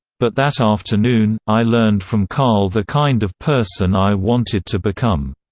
but that afternoon, i learned from carl the kind of person i wanted to become.